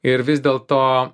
ir vis dėl to